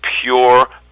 pure